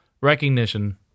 recognition